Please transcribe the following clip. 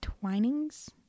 Twinings